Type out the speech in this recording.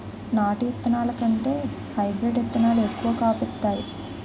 నాటు ఇత్తనాల కంటే హైబ్రీడ్ ఇత్తనాలు ఎక్కువ కాపు ఇత్తాయి